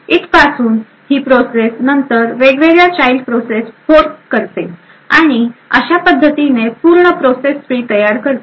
इथ पासून ही प्रोसेस नंतर वेगवेगळ्या चाइल्ड प्रोसेस फोर्क करते आणि अशा पद्धतीने पूर्ण प्रोसेस ट्री तयार करते